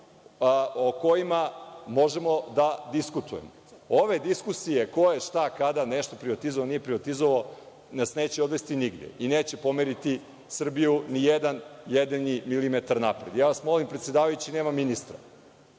o kojima možemo da diskutujemo. Ove diskusije, ko je, šta, kada nešto privatizovao, nije privatizovao, nas neće odvesti nigde i neće pomeriti Srbiju ni jedan jedini milimetar napred. Molim vas, predsedavajući, nema ministra